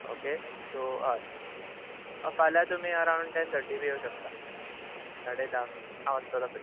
okay so हय फाल्यां तुमी अरांवड टेन थर्टी बी येवं शकता साडे धांक हांव आसतलो थंय